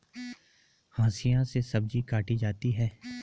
हंसिआ से सब्जी काटी जाती है